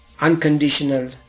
unconditional